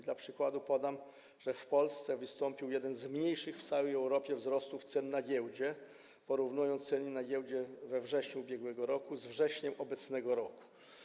Dla przykładu podam, że w Polsce wystąpił jeden z mniejszych w całej Europie wzrost cen na giełdzie, jeśli porównamy ceny na giełdzie z września ub. r. z cenami z września obecnego roku.